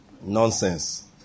Nonsense